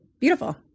beautiful